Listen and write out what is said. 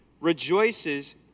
rejoices